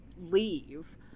leave